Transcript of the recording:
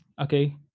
okay